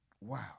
Wow